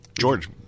George